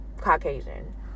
Caucasian